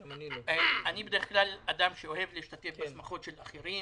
אני בדרך כלל אדם שאוהב להשתתף בשמחות של אחרים,